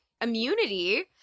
immunity